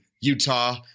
Utah